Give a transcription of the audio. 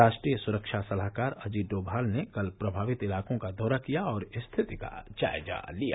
राष्ट्रीय सुरक्षा सलाहकार अजीत डोमाल ने कल प्रभावित इलाकों का दौरा किया और स्थिति का जायजा लिया